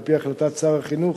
על-פי החלטת שר החינוך,